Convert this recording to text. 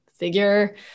figure